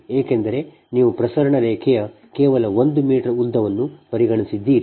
ಏಕೆಂದರೆ ನೀವು ಪ್ರಸರಣ ರೇಖೆಯ ಕೇವಲ 1 ಮೀಟರ್ ಉದ್ದ ಪರಿಗಣಿಸಿದ್ದೀರಿ